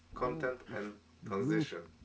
content and transition.